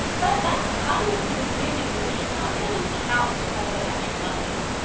but that's kind of confusing because you can't really count all the natural numbers.